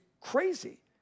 crazy